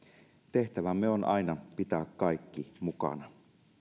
tehtävämme on aina pitää kaikki mukana